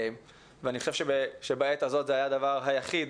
אני חושב שבעת הזאת זה היה הדבר היחיד,